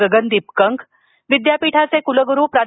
गगनदीप कंग विद्यापीठाचे कुलगुरू प्रा